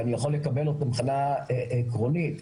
ואני יכול לקבל אותה מבחינה עקרונית רעיונית,